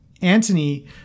Antony